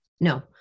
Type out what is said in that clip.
No